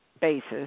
basis